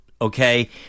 Okay